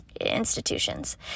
institutions